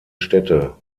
städte